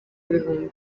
ibihumbi